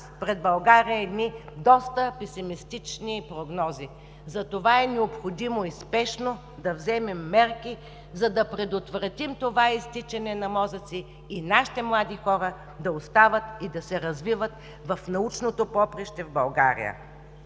пред България едни доста песимистични прогнози. Затова е необходимо спешно да вземем мерки, за да предотвратим изтичането на мозъци и нашите млади хора да остават и да се развиват в научното поприще в България.